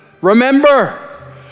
remember